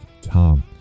Tom